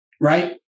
right